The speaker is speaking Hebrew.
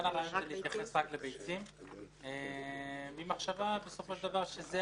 כאן הרעיון הוא להתייחס רק לביצים עם מחשבה בסופו של דבר שזה